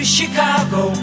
Chicago